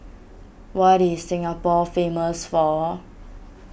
what is Singapore famous for